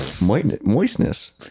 Moistness